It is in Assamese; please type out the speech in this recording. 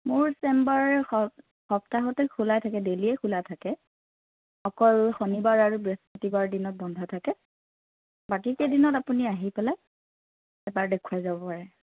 মোৰ চেম্বাৰ স সপ্তাহতে খোলাই থাকে ডেইলিয়ে খোলা থাকে অকল শণিবাৰ আৰু বৃহস্পতিবাৰ দিনত বন্ধ থাকে বাকী কেইদিনত আপুনি আহি পেলাই এবাৰ দেখুৱাই যাব পাৰে